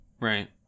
Right